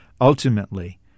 ultimately